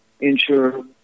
ensure